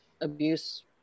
abuse